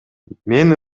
мен